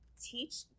teach